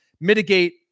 mitigate